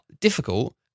difficult